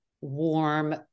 warm